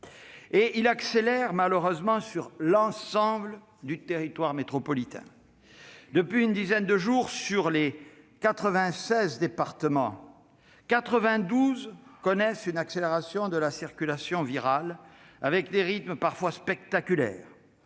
variant accélère malheureusement sur l'ensemble du territoire métropolitain. Depuis une dizaine de jours, sur 96 départements, 92 connaissent une accélération de la circulation virale avec des rythmes parfois spectaculaires